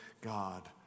God